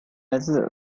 来自